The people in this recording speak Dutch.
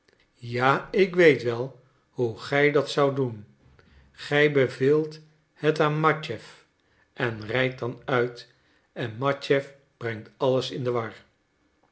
ja ik weet wel hoe gij dat zoudt doen gij beveelt het aan matjeff en rijdt dan uit en matjeff brengt alles in de war